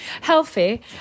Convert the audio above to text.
Healthy